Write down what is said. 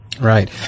Right